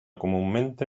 comúnmente